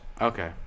Okay